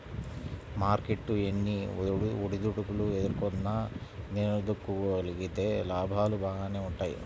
market ఎన్ని ఒడిదుడుకులు ఎదుర్కొన్నా నిలదొక్కుకోగలిగితే లాభాలు బాగానే వుంటయ్యి